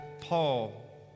Paul